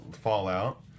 Fallout